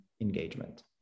engagement